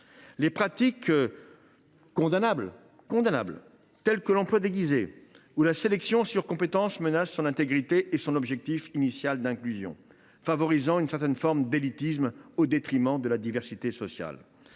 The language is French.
Les pratiques condamnables telles que l’emploi déguisé ou la sélection sur compétences menacent son intégrité et son objectif d’inclusion, favorisant ainsi une certaine forme d’élitisme au détriment de la diversité sociale.